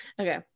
okay